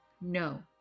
no